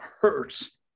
hurts